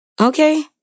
Okay